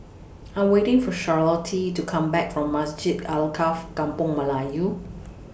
I'm waiting For Charlottie to Come Back from Masjid Alkaff Kampung Melayu